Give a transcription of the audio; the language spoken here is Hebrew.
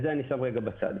את זה אני שם לרגע בצד.